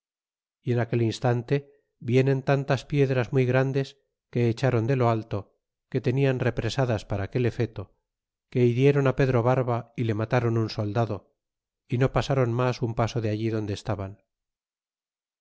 y en aquel instan te vienen tantas piedras muy grandes que echron de lo alto que tenian represadas para aquel efe to que hirieron pedro barba y le matáron un soldado y no pasron mas un paso de allí donde estaban